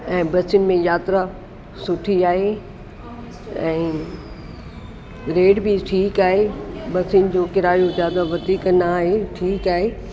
ऐं बस में यात्रा सुठी आहे ऐं रेट बि ठीकु आहे बसियुनि जो किरायो ज़्यादा वधीक न आहे ठीकु आहे